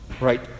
Right